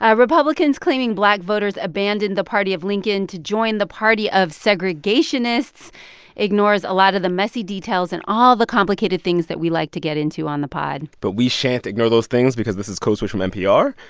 ah republicans claiming black voters abandoned the party of lincoln to join the party of segregationists ignores a lot of the messy details and all the complicated things that we like to get into on the pod but we shan't ignore those things because this is code switch from npr.